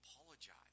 apologize